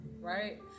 right